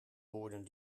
woorden